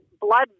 blood